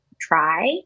try